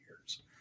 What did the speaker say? years